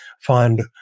find